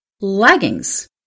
leggings